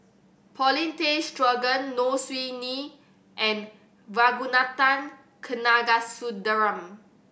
Paulin Tay Straughan Low Siew Nghee and Ragunathar Kanagasuntheram